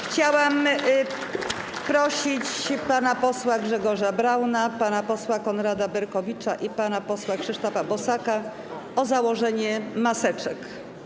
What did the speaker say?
Chciałam prosić pana posła Grzegorza Brauna, pana posła Konrada Berkowicza i pana posła Krzysztofa Bosaka o założenie maseczek.